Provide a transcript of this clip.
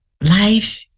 Life